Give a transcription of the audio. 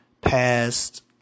past